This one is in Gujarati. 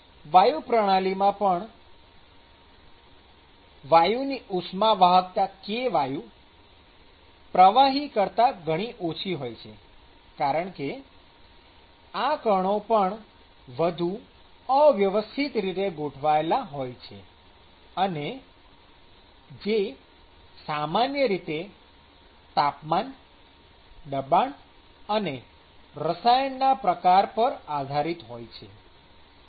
વાયુ પ્રણાલીમાં પણ વાયુની ઉષ્માવાહકતા kવાયુ પ્રવાહી કરતા ઘણી ઓછી હોય છે કારણકે આ કણો પણ વધુ અવ્યવસ્થિત રીતે ગોઠવાયેલા હોય છે અને જે સામાન્ય રીતે તાપમાન દબાણ અને રસાયણના પ્રકાર પર આધારીત હોય છે